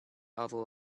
other